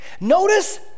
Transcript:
notice